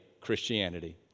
Christianity